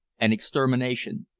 and extermination,